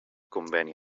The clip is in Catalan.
conveni